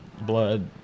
blood